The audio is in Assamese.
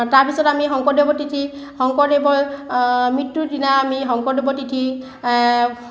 তাৰপিছত আমি শংকৰদেৱৰ তিথি শংকৰদেৱৰ মৃত্যুৰ দিনা আমি শংকৰদেৱৰ তিথি